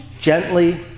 Gently